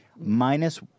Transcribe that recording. Minus